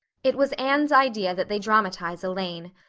it was anne's idea that they dramatize elaine.